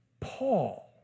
Paul